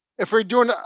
if we're doing a,